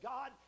God